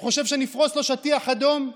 הוא חושב שנפרוס לו שטיח אדום?